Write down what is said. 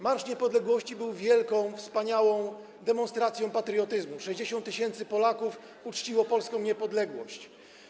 Marsz Niepodległości był wielką, wspaniałą demonstracją patriotyzmu - 60 tys. Polaków uczciło polską niepodległość.